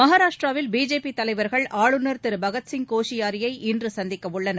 மகராஷ்டிராவில் BJP தலைவர்கள் ஆளுநர் திரு பகத்சிங் கோஷியாரியை இன்று சந்திக்க உள்ளனர்